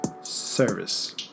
service